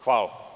Hvala.